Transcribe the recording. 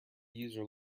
user